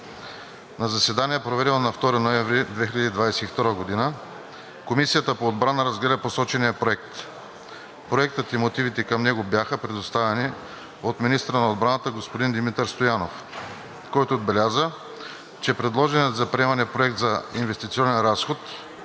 На заседание, проведено на 2 ноември 2022 г., Комисията по отбрана разгледа посочения проект. Проектът и мотивите към него бяха представени от министъра на отбраната господин Димитър Стоянов, който отбеляза, че предложеният за приемане проект за инвестиционен разход